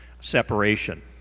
separation